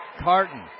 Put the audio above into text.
Carton